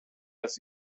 das